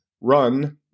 run